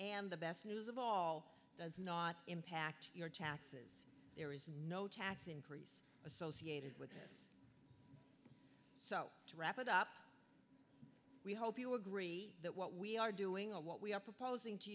and the best news of all does not impact your taxes there is no tax increase associated with it so to wrap it up we hope you agree that what we are doing and what we are proposing to